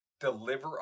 deliver